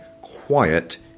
quiet